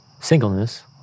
singleness